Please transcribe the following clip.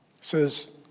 says